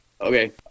okay